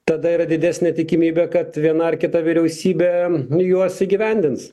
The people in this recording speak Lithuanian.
tada yra didesnė tikimybė kad viena ar kita vyriausybė juos įgyvendins